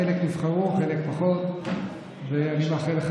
חלק נבחרו, חלק פחות.